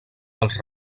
dels